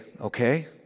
okay